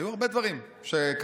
היו הרבה דברים שקרו.